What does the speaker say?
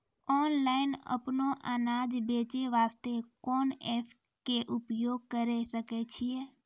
Online अपनो अनाज बेचे वास्ते कोंन एप्प के उपयोग करें सकय छियै?